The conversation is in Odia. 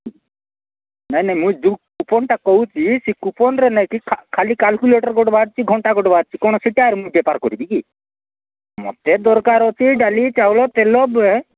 ନାଇ ନାଇ ମୁଁ ଯେଉଁ କୁପନ୍ଟା କହୁଛି ସେ କୁପନ୍ର ନାଇ କି ଖାଲି କାଲ୍କୁଲେଟର୍ ଗୋଟେ ବାହିରିଛି ଘଣ୍ଟା ଗୋଟେ ବାହିରିଛି କ'ଣ ସେଇଟା ବ୍ୟାପାର କରିବି କି ମୋତେ ଦରକାର ଅଛି ଡାଲି ଚାଉଳ ତେଲ ଏଁ